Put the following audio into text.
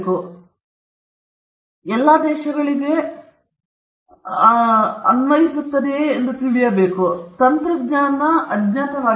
20 ವರ್ಷಗಳು ನಿಜವಲ್ಲ ಅಥವಾ ಎಲ್ಲಾ ದೇಶಗಳಿಗೂ ಮಾತ್ರ ಅನ್ವಯಿಸುವುದಿಲ್ಲವೆಂದು ನಾವು ತಿಳಿದಿರುವ ಕಾರಣ ಇದು ತಂತ್ರಜ್ಞಾನದ ಅಜ್ಞಾತವಾಗಿದೆ